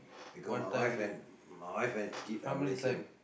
because my wife and my wife and kids are Malaysian